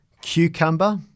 cucumber